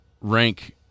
rank